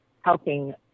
helping